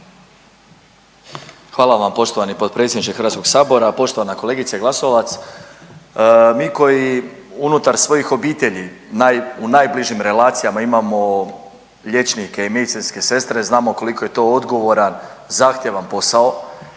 Hvala vam poštovani potpredsjedniče HS-a. Poštovana kolegice Glasovac. Mi koji unutar svojih obitelji u najbližim relacijama imamo liječnike i medicinske sestre znamo koliko je to odgovoran, zahtjevan posao